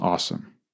Awesome